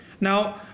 Now